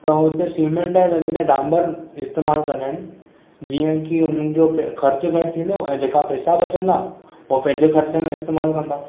त हुते सीमेंट जी जॻहि ते ॾामरु इस्तेमाल कंदा आहिनि जीअं कि हुननि जो ख़र्च घटि थींदो ऐं जेका पेसा बचंदा हू पंहिंजे खर्च में इस्तेमाल कंदा